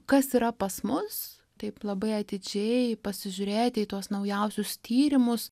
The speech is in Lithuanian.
kas yra pas mus taip labai atidžiai pasižiūrėti į tuos naujausius tyrimus